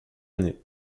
année